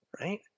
Right